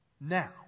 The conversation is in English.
now